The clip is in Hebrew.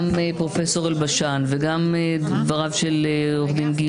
גם פרופ' אלבשן וגם דבריו של עו"ד גיל